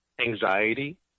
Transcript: anxiety